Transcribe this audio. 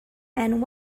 and